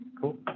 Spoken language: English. Cool